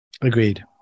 Agreed